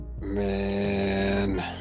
Man